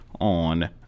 on